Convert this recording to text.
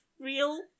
real